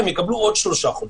הם יקבלו עוד שלושה חודשים.